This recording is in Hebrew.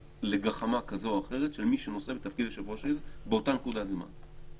לגחמה כזאת או אחרת של מי שנושא בתפקיד יושב-ראש הכנסת באותה נקודת זמן.